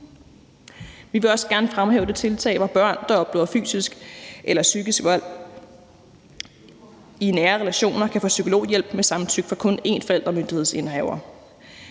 Vi vil også gerne fremhæve det tiltag, hvor børn, der oplever fysisk eller psykisk vold i nære relationer, kan få psykologhjælp med samtykke fra kun én forældremyndighedsindehaver.